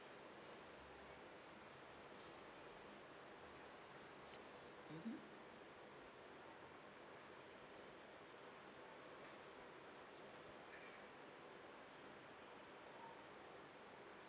mmhmm